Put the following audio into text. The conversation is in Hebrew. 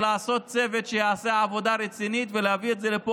להקים צוות שיעשה עבודה רצינית ולהביא את זה לפה